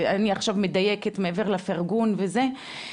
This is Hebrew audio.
אני עכשיו מדייקת מעבר לפירגון וזה.